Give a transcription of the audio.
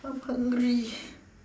I'm hungry